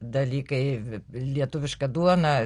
dalykai lietuviška duona